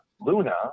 Luna